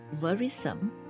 worrisome